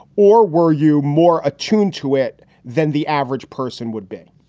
or were you more attuned to it than the average person would be?